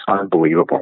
unbelievable